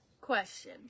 question